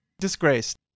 disgraced